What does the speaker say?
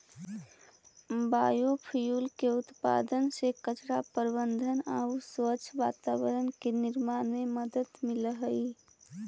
biofuel के उत्पादन से कचरा प्रबन्धन आउ स्वच्छ वातावरण के निर्माण में मदद मिलऽ हई